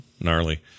Gnarly